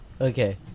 Okay